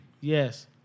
yes